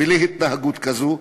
ולהתנהגות כזאת,